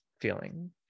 feeling